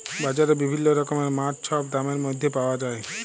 বাজারে বিভিল্ল্য রকমের মাছ ছব দামের ম্যধে পাউয়া যায়